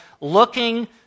looking